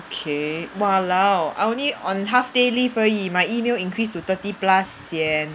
okay !walao! I only on half day leave 而已 my email increased to thirty plus sian